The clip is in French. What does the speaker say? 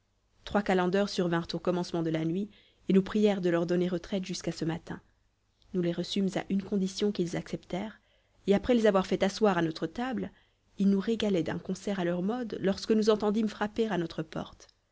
trois calenders survinrent au commencement de la nuit et nous prièrent de leur donner retraite jusqu'à ce matin nous les reçûmes à une condition qu'ils acceptèrent et après les avoir fait asseoir à notre table ils nous régalaient d'un concert à leur mode lorsque nous entendîmes frapper à notre porte